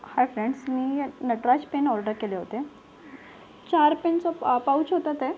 हाय friends मी Nataraj pen order केले होते चार पेनचं पाऊच होतं ते